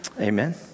amen